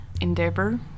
endeavor